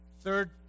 Third